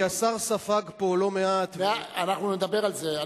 כי השר ספג פה לא מעט, אנחנו נדבר על זה.